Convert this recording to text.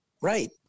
Right